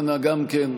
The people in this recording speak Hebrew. אנא, גם כן.